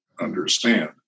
understand